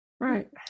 Right